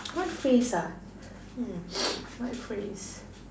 what phrase ah hmm what phrase